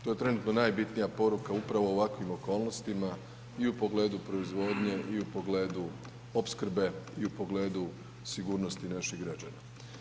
To je trenutno najbitnija poruka upravo u ovakvim okolnostima i u pogledu proizvodnje i u pogledu opskrbe i u pogledu sigurnosti naših građana.